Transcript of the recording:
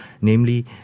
namely